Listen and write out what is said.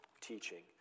teaching